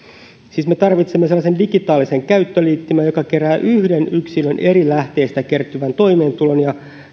me tarvitsemme siis sellaisen digitaalisen käyttöliittymän joka kerää yhden yksilön eri lähteistä kertyvän toimeentulon ja